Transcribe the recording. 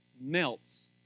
melts